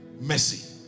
Mercy